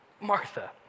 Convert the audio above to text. Martha